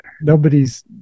nobody's